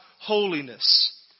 holiness